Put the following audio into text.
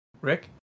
Rick